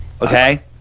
okay